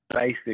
basic